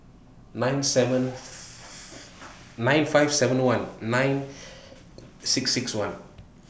nine five seven one nine six six one